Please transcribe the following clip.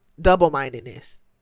double-mindedness